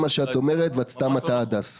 מה שאת אומרת ממש לא נכון, ואת מטעה, הדס.